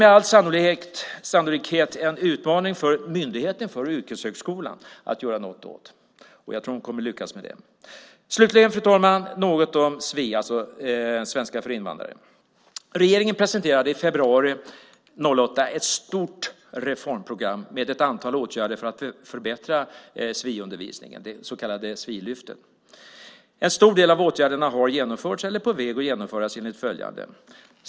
Med all sannolikhet blir det en utmaning för Myndigheten för yrkeshögskolan att göra något åt det, men jag tror att de kommer att lyckas med det. Slutligen, fru talman, ska jag säga några ord om sfi, svenska för invandrare. I februari 2008 presenterade regeringen ett stort reformprogram med ett antal åtgärder för att förbättra sfi-undervisningen, det så kallade Sfi-lyftet. En stor del av åtgärderna har genomförts, eller också är man på väg att genomföra dem enligt följande.